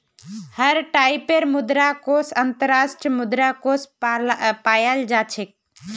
हर टाइपेर मुद्रा कोष अन्तर्राष्ट्रीय मुद्रा कोष पायाल जा छेक